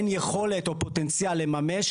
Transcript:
אין יכולת או פוטנציאל לממש,